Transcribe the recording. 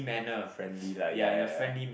friendly lah ya ya ya